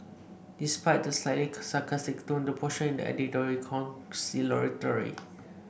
despite the slightly sarcastic tone the posture in the editorial was conciliatory